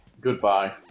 Goodbye